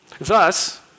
Thus